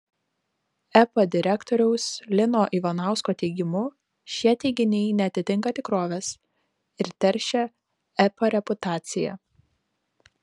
epa direktoriaus lino ivanausko teigimu šie teiginiai neatitinka tikrovės ir teršia epa reputaciją